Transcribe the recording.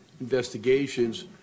investigations